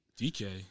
DK